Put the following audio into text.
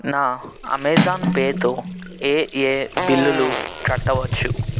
నా అమెజాన్ పేతో ఏయే బిల్లులు కట్టవచ్చు